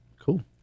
Cool